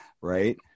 right